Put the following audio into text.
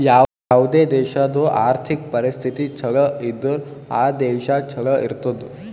ಯಾವುದೇ ದೇಶಾದು ಆರ್ಥಿಕ್ ಪರಿಸ್ಥಿತಿ ಛಲೋ ಇದ್ದುರ್ ಆ ದೇಶಾ ಛಲೋ ಇರ್ತುದ್